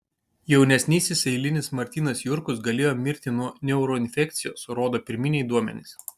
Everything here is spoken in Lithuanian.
jaunesnysis eilinis martynas jurkus galėjo mirti nuo neuroinfekcijos rodo pirminiai duomenys